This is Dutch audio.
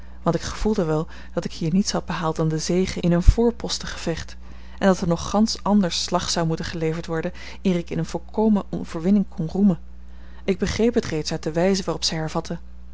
want ik gevoelde wel dat ik hier niets had behaald dan de zege in een voorpostengevecht en dat er nog gansch anders slag zou moeten geleverd worden eer ik in eene volkomen overwinning kon roemen ik begreep het reeds uit de wijze waarop zij hervatte